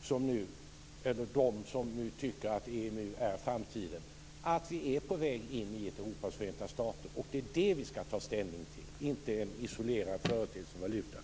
för dem som tycker att EMU är framtiden, att vi är på väg in i ett Europas förenta stater. Det är det vi skall ta ställning till, inte en isolerad företeelse som valutan.